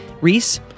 Reese